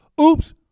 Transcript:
oops